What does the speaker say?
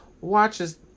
watches